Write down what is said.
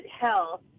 health